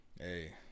Hey